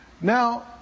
Now